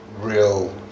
real